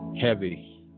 heavy